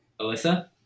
Alyssa